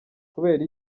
kubera